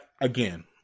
again